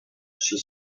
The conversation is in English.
she